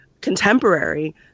contemporary